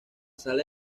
sala